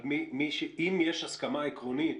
אבל אם יש הסכמה עקרונית